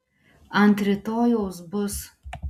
ant rytojaus bus